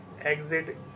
exit